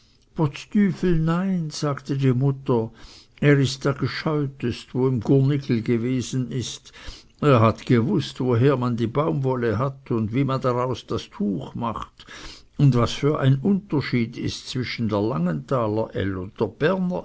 nein sagte die mutter er ist der gescheutest wo im gurnigel gewesen ist er hat gewußt woher man die baumwolle hat und wie man daraus das tuch macht und was für ein unterschied ist zwischen der